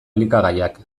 elikagaiak